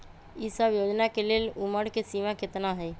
ई सब योजना के लेल उमर के सीमा केतना हई?